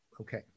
Okay